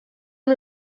amb